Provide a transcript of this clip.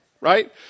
Right